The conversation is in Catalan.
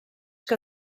que